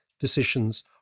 decisions